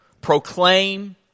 proclaim